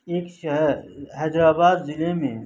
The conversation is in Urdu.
ایک شہر حیدرآباد ضلع میں